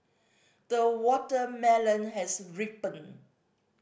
the watermelon has ripened